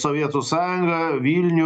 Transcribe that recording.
sovietų sąjunga vilnių